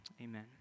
Amen